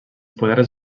poders